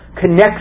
connects